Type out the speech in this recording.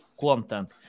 content